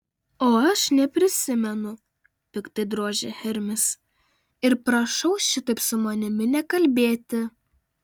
o aš neprisimenu piktai drožia hermis ir prašau šitaip su manimi nekalbėti